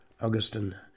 Augustine